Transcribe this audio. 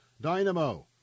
Dynamo